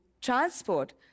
transport